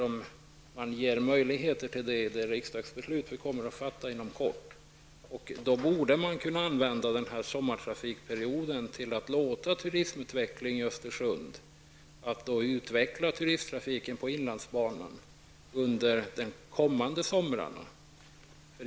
Man ger ju möjligheter till det i det riksdagsbeslut vi kommer att fatta inom kort. Turistutvecklingen i Östersund under den här sommartrafikperioden borde man kunna använda till att utveckla trafiken på inlandsbanan under de kommande somrarna.